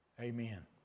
Amen